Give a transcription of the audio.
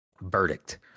Verdict